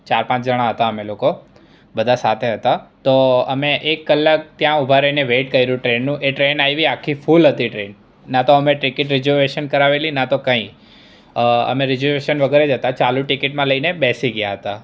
ચાર પાંચ જણા હતા અમે લોકો બધાં સાથે હતાં તો અમે એક કલાક ત્યાં ઉભા રહીને વેઈટ કર્યું ટ્રેનનું એ ટ્રેઈન આવી આખી ફુલ હતી ટ્રેઈન ના તો અમે ટિકિટ રિઝર્વેશન કરાવેલી ના તો કંઈ અમે રિઝર્વેશન વગર જ હતાં ચાલુ ટિકિટમાં લઈને બેસી ગયા હતાં